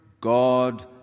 God